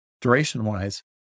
duration-wise